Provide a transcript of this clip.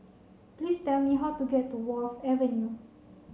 please tell me how to get to Wharf Avenue